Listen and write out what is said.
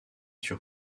sur